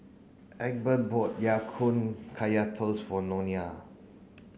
Egbert bought Ya Kun Kaya Toast for Nona